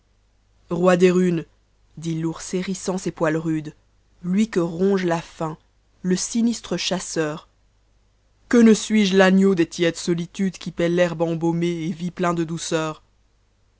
ro des runes diti'oars herïssantses poms rudes lui que ronge la faim le sinistre chasseur que ne suis-je l'agneau des tièdes solitudes qui pait l'herbe embaumée et vit plein de douceur